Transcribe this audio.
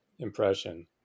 impression